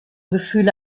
gefühle